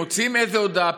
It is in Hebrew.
אם מוציאים איזו הודעה,